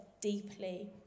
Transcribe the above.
deeply